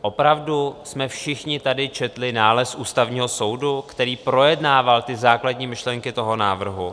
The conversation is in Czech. Opravdu jsme všichni tady četli nález Ústavního soudu, který projednával ty základní myšlenky toho návrhu?